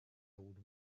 old